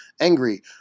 angry